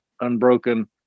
Unbroken